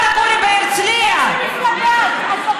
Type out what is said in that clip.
מחר את תגורי בהרצליה, את צריכה להתבייש.